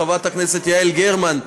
חברת הכנסת גרמן,